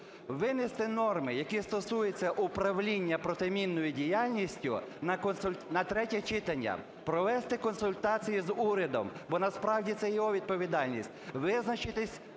винести норми, які стосуються управління протимінною діяльністю на третє читання, провести консультації з урядом, бо насправді це його відповідальність, визначитись з